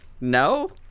No